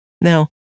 Now